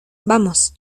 vamos